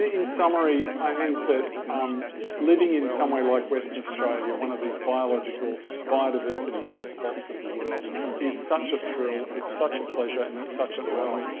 in summary, i think that um living in somewhere like western australia, one of these biological, biodiversity hotspots of the world is such a thrill, it's such a pleasure and it's such an honour.